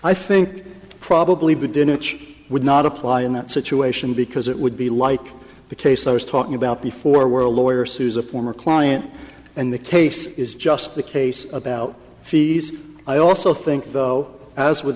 i think probably biddin itch would not apply in that situation because it would be like the case i was talking about before were lawyers souza former client and the case is just the case about fees i also think though as with